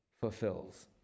fulfills